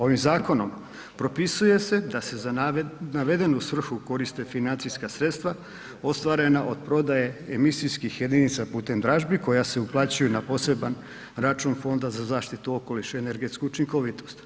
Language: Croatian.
Ovim zakonom propisuje se da se navedenu svrhu koriste financijska sredstva ostvarena od prodaje emisijskih jedinica putem dražbi koja se uplaćuju na poseban račun Fonda za zaštitu okoliša i energetsku učinkovitost.